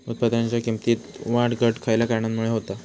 उत्पादनाच्या किमतीत वाढ घट खयल्या कारणामुळे होता?